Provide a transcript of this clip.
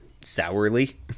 sourly